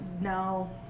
No